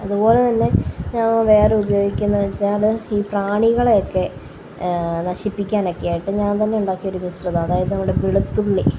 അതുപോലെതന്നെ ഞാന് വേറെ ഉപയോഗിക്കുന്നതെന്ന് വെച്ചാല് ഈ പ്രാണികളെയൊക്കെ നശിപ്പിക്കാനൊക്കെയായിട്ട് ഞാന് തന്നെ ഉണ്ടാക്കിയ ഒരു മിശ്രിതമാണ് അതായത് വെളുത്തുള്ളി